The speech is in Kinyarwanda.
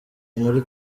muri